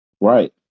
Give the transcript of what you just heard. Right